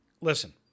Listen